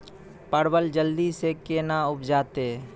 परवल जल्दी से के ना उपजाते?